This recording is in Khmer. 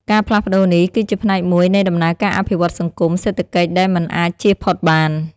ការផ្លាស់ប្ដូរនេះ គឺជាផ្នែកមួយនៃដំណើរការអភិវឌ្ឍន៍សង្គម-សេដ្ឋកិច្ចដែលមិនអាចជៀសផុតបាន។